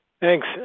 Thanks